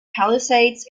palisades